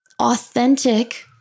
authentic